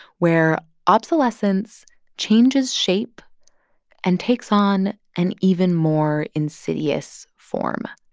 where obsolescence changes shape and takes on an even more insidious form